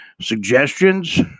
suggestions